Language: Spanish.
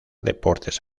deportes